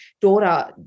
daughter